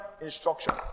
instruction